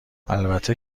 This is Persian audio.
البته